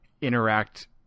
interact